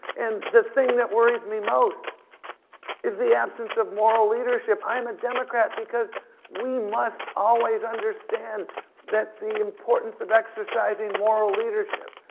and the thing that worries me most is the absence of moral leadership. i'm a democrat because we must always understand that the importance of exercising moral leadership,